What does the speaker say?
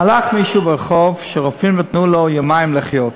הלך ברחוב מישהו שרופאים נתנו לו יומיים לחיות,